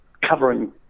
covering